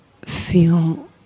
feel